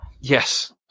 Yes